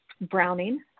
Browning